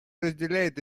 разделяет